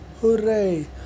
hooray